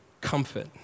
comfort